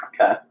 Okay